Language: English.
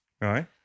Right